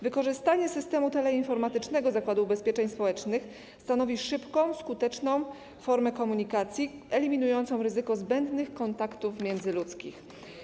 Wykorzystanie systemu teleinformatycznego Zakładu Ubezpieczeń Społecznych stanowi szybką, skuteczną formę komunikacji eliminującą ryzyko zbędnych kontaktów międzyludzkich.